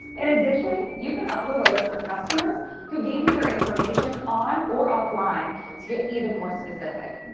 in addition, you can upload a list of customers who gave you their information on or offline to get even more specific.